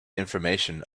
information